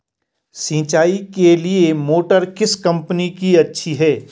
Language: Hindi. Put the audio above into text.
सिंचाई के लिए मोटर किस कंपनी की अच्छी है?